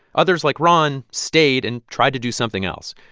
others, like ron, stayed and tried to do something else.